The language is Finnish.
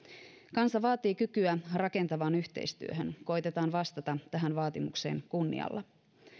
kansa vaatii kykyä rakentavaan yhteistyöhön koetaan vastata tähän vaatimukseen kunnialla